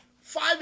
five